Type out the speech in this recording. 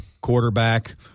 quarterback